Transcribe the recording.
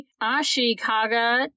Ashikaga